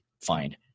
find